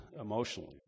emotionally